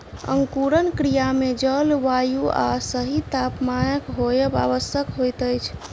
अंकुरण क्रिया मे जल, वायु आ सही तापमानक होयब आवश्यक होइत अछि